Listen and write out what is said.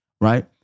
right